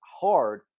hard